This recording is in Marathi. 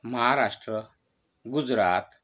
महाराष्ट्र गुजरात